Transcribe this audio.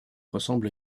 ressemble